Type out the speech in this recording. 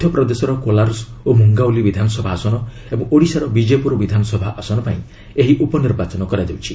ମଧ୍ୟପ୍ରଦେଶର କୋଲାରସ୍ ଓ ମୁଙ୍ଗାଓଲି ବିଧାନସଭା ଆସନ ଏବଂ ଓଡ଼ିଶାର ବିଜେପୁର ବିଧାନସଭା ଆସନ ପାଇଁ ଏହି ଉପନିର୍ବାଚନ ହେଉଛି